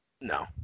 No